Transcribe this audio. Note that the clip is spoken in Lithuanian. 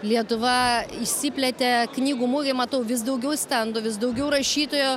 lietuva išsiplėtė knygų mugėj matau vis daugiau stendų vis daugiau rašytojų